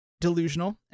delusional